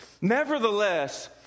Nevertheless